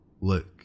Look